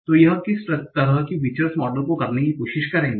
तो यह किस तरह की फीचर्स मॉडल को करने की कोशिश करेगे